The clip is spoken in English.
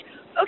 Okay